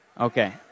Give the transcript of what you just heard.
Okay